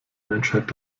menschheit